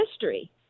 history